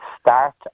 start